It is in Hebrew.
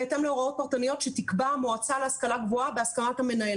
בהתאם להוראות פרטניות שתקבע המועצה להשכלה גבוהה בהסכמת המנהל.